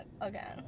again